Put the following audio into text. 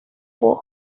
for